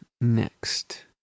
next